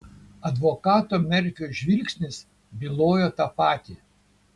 advokato merfio žvilgsnis bylojo tą patį